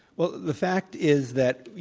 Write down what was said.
well, the fact is that, you